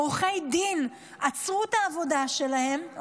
עורכי דין עצרו את העבודה שלהם,